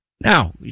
Now